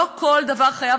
לא כל דבר חייב